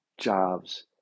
jobs